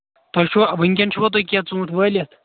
تۄہہِ چھُوا وٕنۍکٮ۪ن چھِوا تۄہہِ کیٚنہہ ژوٗنٹھۍ وٲلِتھ